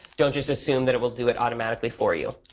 don't just assume that it will do it automatically for you.